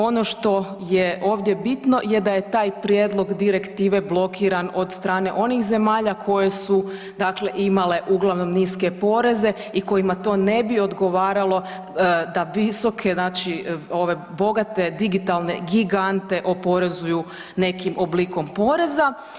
Ono što je ovdje bitno je da je taj prijedlog direktive blokiran od strane onih zemalja koje su dakle imale uglavnom niske poreze i kojima to ne bi odgovaralo da visoke znači ove bogate digitalne gigante oporezuju nekim oblikom poreza.